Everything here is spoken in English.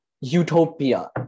utopia